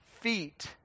feet